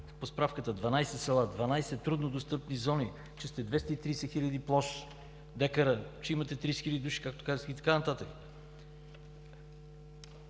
по справката са 12 села, 12 труднодостъпни зони, че са 230 хиляди декара площ, че има 30 хиляди души, както казах, и така нататък.